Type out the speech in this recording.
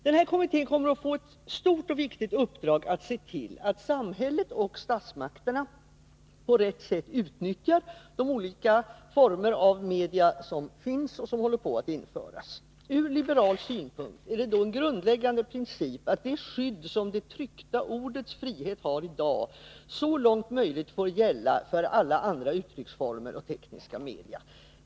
Denna kommitté kommer att få ett stort och viktigt uppdrag: att se till att samhället och statsmakterna på rätt sätt utnyttjar de olika former av medier som finns och som håller på att införas. Ur liberal synpunkt är det då en grundläggande princip att det skydd som det tryckta ordets frihet har i dag så långt som möjligt får gälla för alla andra uttrycksformer och tekniska medier.